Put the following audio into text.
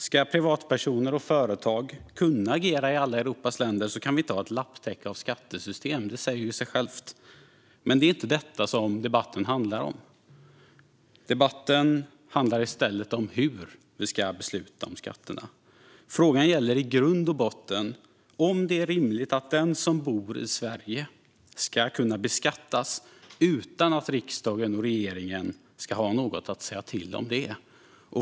Ska privatpersoner och företag kunna agera i alla Europas länder kan vi inte ha ett lapptäcke av skattesystem, det säger sig självt. Men det är inte detta som debatten handlar om. Debatten handlar i stället om hur vi ska besluta om skatterna. Frågan gäller i grund och botten om det är rimligt att den som bor i Sverige ska kunna beskattas utan att riksdagen och regeringen ska ha något att säga till om.